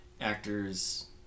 actors